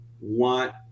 want